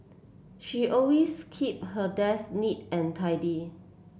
she always keep her desk neat and tidy